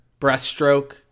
breaststroke